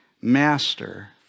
Master